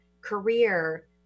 career